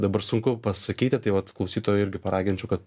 dabar sunku pasakyti tai vat klausytoją irgi paraginčiau kad